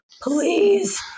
please